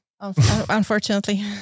unfortunately